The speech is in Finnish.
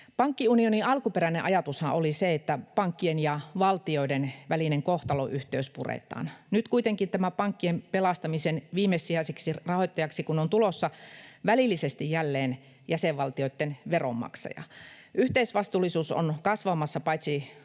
Pankkiunionin alkuperäinen ajatushan oli se, että pankkien ja valtioiden välinen kohtalonyhteys puretaan. Nyt kuitenkin kun pankkien pelastamisen viimesijaiseksi rahoittajaksi on tulossa välillisesti jälleen jäsenvaltioitten veronmaksaja, yhteisvastuullisuus on kasvamassa paitsi